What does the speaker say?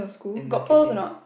in the canteen